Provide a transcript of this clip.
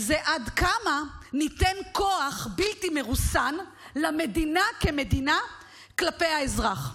זה עד כמה ניתן כוח בלתי מרוסן למדינה כמדינה כלפי האזרח.